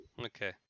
okay